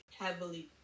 heavily